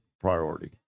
priority